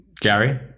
Gary